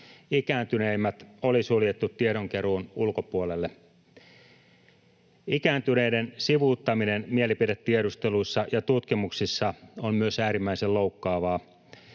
Ikääntyneimmät oli suljettu tiedonkeruun ulkopuolelle. Ikääntyneiden sivuuttaminen mielipidetiedusteluissa ja tutkimuksissa on myös äärimmäisen loukkaavaa.